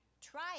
Try